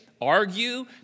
argue